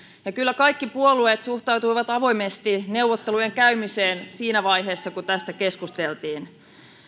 kyllä kaikki puolueet suhtautuivat avoimesti neuvottelujen käymiseen siinä vaiheessa kun tästä keskusteltiin